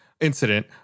incident